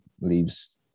leaves